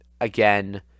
Again